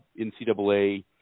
NCAA